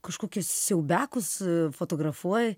kažkokius siaubiakus fotografuoji